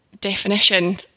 definition